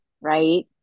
right